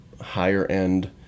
higher-end